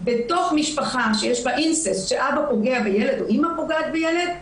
בתוך משפחה בה אבא פוגע בילד או אימא פוגעת בילד,